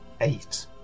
eight